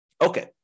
Okay